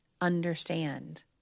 understand